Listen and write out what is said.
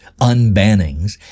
unbannings